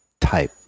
type